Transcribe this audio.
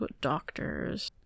Doctors